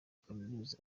kaminuza